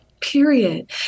period